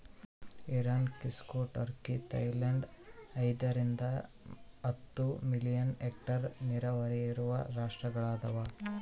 Iran Mexico Turkey Thailand ಐದರಿಂದ ಹತ್ತು million hectare ನೀರಾವರಿ ಇರುವ ರಾಷ್ಟ್ರಗಳದವ